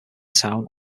town